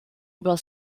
über